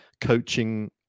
coaching